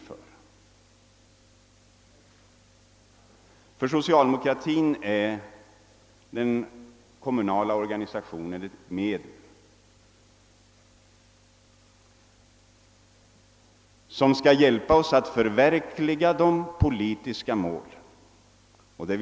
För socialdemokratin är den kommunala organisationen ett medel, som skall hjälpa oss att verkligen nå de politiska målen.